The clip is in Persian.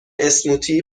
اسموتی